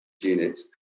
units